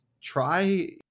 try